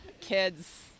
Kids